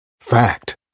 Fact